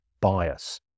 bias